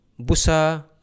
Busa